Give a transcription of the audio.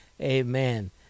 amen